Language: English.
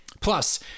Plus